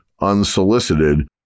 unsolicited